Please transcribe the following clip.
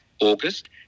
august